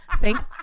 thank